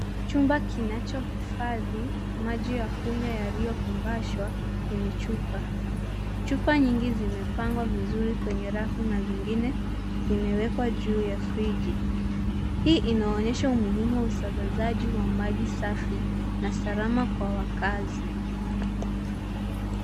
Chumba kinachohifadhi maji ya kunywa yaliyofungashwa kwenye chupa. Chupa nyingi zimepangwa vizuri kwenye rafu na zingine zimewekwa juu ya friji. Hii inaonyesha umuhimu wa usambazaji wa maji safi na salama kwa wakaazi.